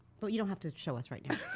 but you don't have to show us right yeah